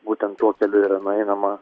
būtent tuo keliu yra nueinama